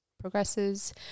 progresses